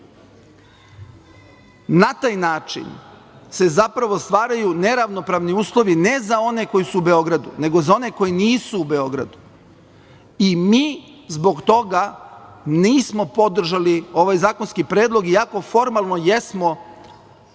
taj način se zapravo stvaraju neravnopravni uslovi ne za one koji su u Beogradu, nego za one koji nisu u Beogradu i mi zbog toga nismo podržali ovaj zakonski predlog, iako formalno jesmo